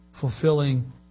fulfilling